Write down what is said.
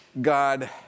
God